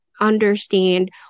understand